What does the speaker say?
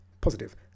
positive